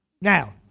Now